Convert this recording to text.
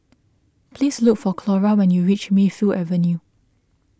please look for Clora when you reach Mayfield Avenue